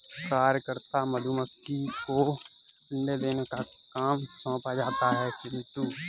कार्यकर्ता मधुमक्खी को अंडे देने का काम सौंपा जाता है चिंटू